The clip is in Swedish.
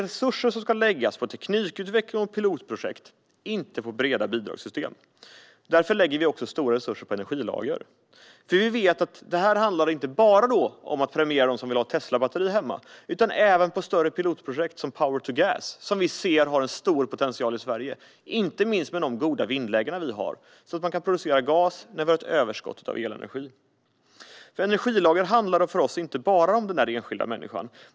Resurser ska läggas på teknikutveckling och pilotprojekt - inte på breda bidragssystem. Därför lägger vi stora resurser på energilager. Vi vet att detta inte bara handlar om att premiera dem som vill ha ett Teslabatteri hemma. Det gäller även större pilotprojekt, exempelvis med power to gas, som vi ser har stor potential i Sverige inte minst med tanke på de goda vindlägen vi har, så att man kan producera gas när vi har ett överskott av elenergi. Energilager handlar för oss inte bara om den enskilda människan.